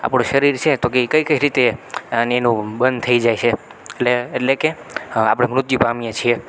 આપણું શરીર છે તોકે એ કઈ કઈ રીતે અને એનું બંધ થઈ જાય છે એટલે એટલે કે આપણે મૃત્યુ પામીએ છીએ